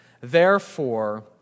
therefore